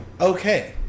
okay